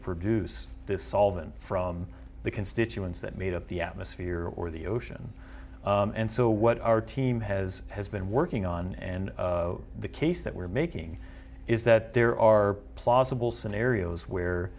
produce this solvent from the constituents that made up the atmosphere or the ocean and so what our team has has been working on and the case that we're making is that there are plausible scenarios where